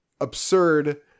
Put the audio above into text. absurd